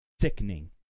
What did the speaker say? sickening